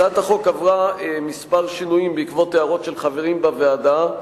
הצעת החוק עברה כמה שינויים בעקבות הערות של חברים בוועדה,